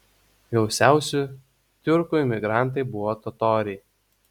gausiausi tiurkų imigrantai buvo totoriai